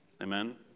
Amen